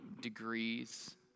Degrees